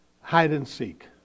hide-and-seek